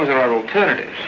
are alternatives,